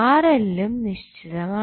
ഉം നിശ്ചിതമാണ്